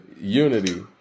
unity